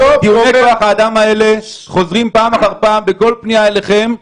אבל טיעוני כוח האדם האלה חוזרים פעם אחר פעם בכל פנייה אליכם.